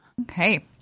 Okay